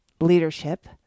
leadership